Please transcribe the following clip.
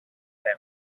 their